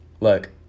look